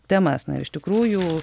temas na ir iš tikrųjų